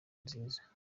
nziza